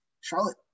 Charlotte